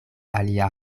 alia